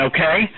Okay